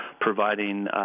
providing